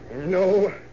No